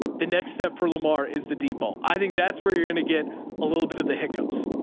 the next step for lamar is the depot. i think that's where you're going to get a little bit of the hiccups.